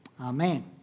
Amen